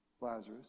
Lazarus